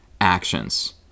actions